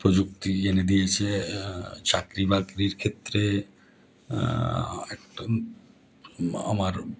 প্রযুক্তি এনে দিয়েছে চাকরি বাকরির ক্ষেত্রে একদম আমার